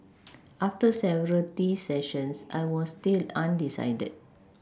after several tea sessions I was still undecided